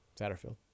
Satterfield